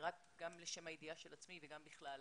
גם לשם הידיעה של עצמי וגם בכלל,